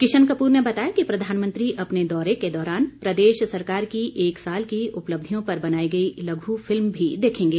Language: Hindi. किश्न कप्र ने बताया कि प्रधानमंत्री अपने दौरे के दौरान प्रदेश सरकार की एक साल की उपलब्यिों पर बनाई गई लघु फिल्म भी देखेंगे